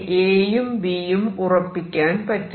Aയും Bയും ഉറപ്പിക്കാൻ പറ്റില്ല